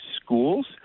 schools